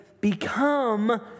become